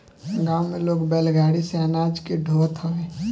गांव में लोग बैलगाड़ी से अनाज के ढोअत हवे